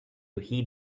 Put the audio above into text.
heed